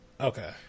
Okay